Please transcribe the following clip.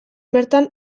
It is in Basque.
bertan